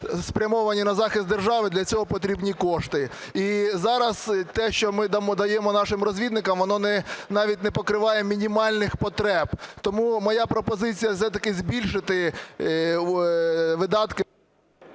спрямовані на захист держави, для цього потрібні кошти. І зараз те, що ми даємо нашим розвідникам, воно навіть не покриває мінімальних потреб. Тому моя пропозиція все-таки збільшити видатки.